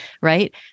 right